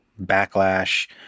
backlash